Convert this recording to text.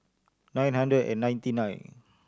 nine hundred and ninety nine